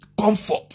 Comfort